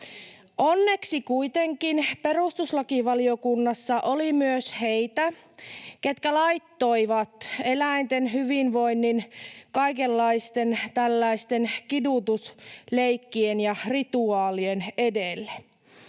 Onneksi kuitenkin perustuslakivaliokunnassa oli myös heitä, ketkä laittoivat eläinten hyvinvoinnin kaikenlaisten kidutusleikkien ja rituaalien edelle.